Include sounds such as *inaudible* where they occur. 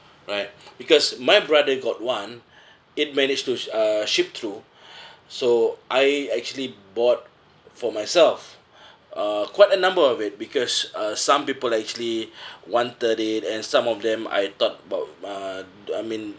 right because my brother got one it managed to uh ship through *breath* so I actually bought for myself *breath* uh quite a number of it because uh some people actually *breath* wanted it and some of them I thought about uh the I mean